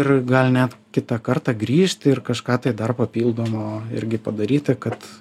ir gal net kitą kartą grįžt ir kažką tai dar papildomo irgi padaryti kad